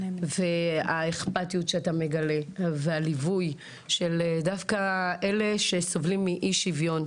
האכפתיות שאתה מגלה והליווי של דווקא אלה שסובלים מאי-שוויון.